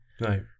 Right